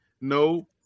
No